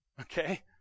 okay